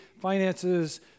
finances